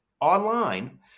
online